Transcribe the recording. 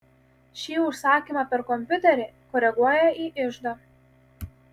ši užsakymą per kompiuterį koreguoja į iždą